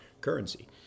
currency